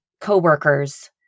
coworkers